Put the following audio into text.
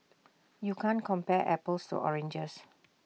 you can't compare apples to oranges